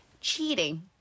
cheating